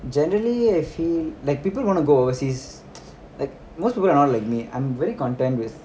generally if he like people wanna go overseas like most people around like me I'm very content with